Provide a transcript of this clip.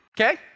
Okay